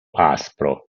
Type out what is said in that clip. aspro